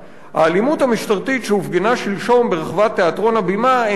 האלימות המשטרתית שהופגנה שלשום ברחבת תיאטרון 'הבימה' אינה מסר